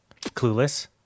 Clueless